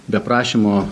be prašymo